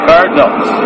Cardinals